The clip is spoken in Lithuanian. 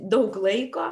daug laiko